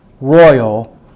royal